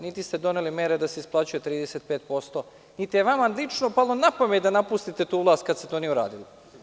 Niti ste doneli mere da se isplaćuje 35%, niti je vama lično palo na pamet da napustite tu vlast kad se to nije uradilo.